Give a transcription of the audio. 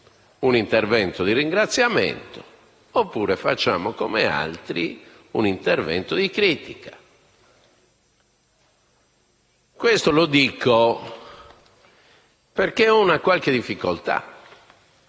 un intervento di ringraziamento, oppure facciamo, come altri, un intervento di critica. Questo lo dico perché ho una qualche difficoltà.